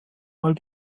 mal